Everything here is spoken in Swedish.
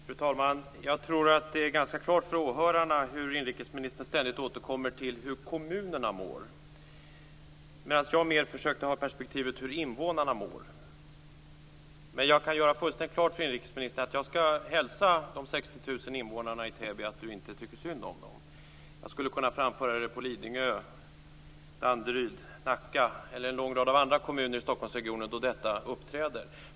Fru talman! Jag tror att det är ganska klart för åhörarna hur inrikesministern ständigt återkommer till hur kommunerna mår, medan jag mer har försökt ha perspektivet hur invånarna mår. Men jag kan göra fullständigt klart för inrikesministern att jag skall hälsa de 60 000 invånarna i Täby att han inte tycker synd om dem. Jag skulle kunna framföra det på Lidingö, i Danderyd, Nacka eller en lång rad andra kommuner i Stockholmsregionen då detta uppträder.